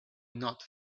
not